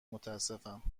متاسفم